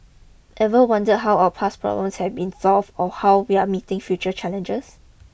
ever wonder how our past problems have been solved or how we are meeting future challenges